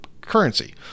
currency